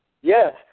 Yes